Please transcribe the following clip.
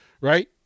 right